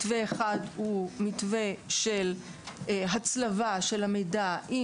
מתווה אחד הוא מתווה של הצלבה של המידע עם